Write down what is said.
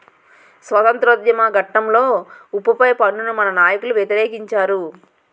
స్వాతంత్రోద్యమ ఘట్టంలో ఉప్పు పై పన్నును మన నాయకులు వ్యతిరేకించారు